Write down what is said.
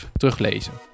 teruglezen